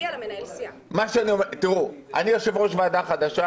זו סיעה חדשה,